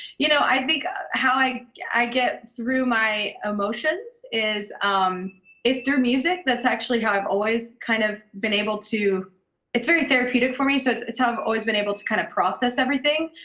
you know, i think ah how i i get through my emotions is um is through music. that's actually how i've always kind of been able to it's very therapeutic for me, so it's it's how i've always been able to kind of process everything.